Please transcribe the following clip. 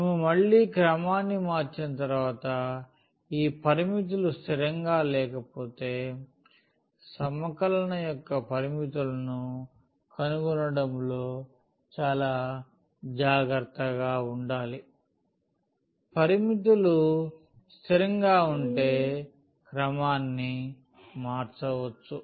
మేము మళ్ళీ క్రమాన్ని మార్చిన తర్వాత ఈ పరిమితులు స్థిరంగా లేకపోతే సమకలన యొక్క పరిమితులను కనుగొనడంలో చాలా జాగ్రత్తగా ఉండాలి పరిమితులు స్థిరంగా ఉంటే క్రమాన్ని మార్చవచ్చు